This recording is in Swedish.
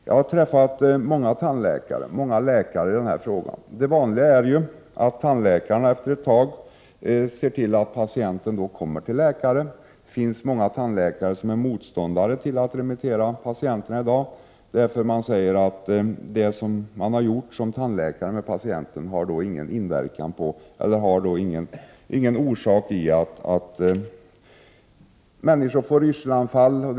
Jag har diskuterat den här frågan med många tandläkare och många läkare. Det vanliga är att tandläkaren efter ett tag ser till att patienten kommer till läkare. Det finns många tandläkare som i dag är motståndare till att remittera patienten till läkare, eftersom de anser att vad de som tandläkare gjort med patienten inte kan vara orsak till att patienten får yrselanfall o.d.